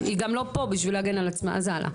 היא גם לא פה בשביל להגן על עצמה אז הלאה,